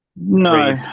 No